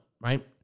right